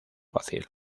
fácil